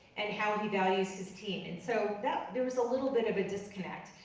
and how he values his team. and so that, there was a little bit of a disconnect.